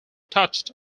touched